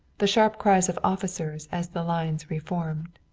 the sharp cries of officers as the lines re-formed.